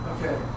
Okay